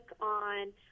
on